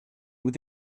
with